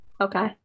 Okay